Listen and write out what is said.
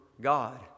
God